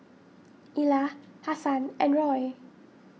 Ilah Hasan and Roy